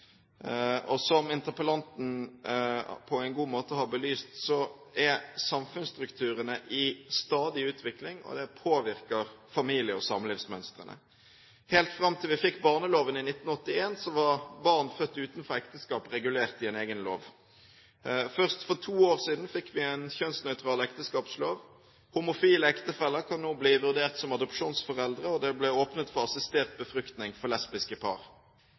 Som interpellanten på en god måte har belyst, er samfunnsstrukturene i stadig utvikling. Det påvirker familie- og samlivsmønstrene. Helt fram til vi fikk barneloven i 1981, var barn født utenfor ekteskap regulert i en egen lov. Først for to år siden fikk vi en kjønnsnøytral ekteskapslov. Homofile ektefeller kan nå bli vurdert som adopsjonsforeldre, og det ble åpnet for assistert befruktning for lesbiske par.